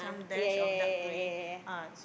ya ya ya ya ya ya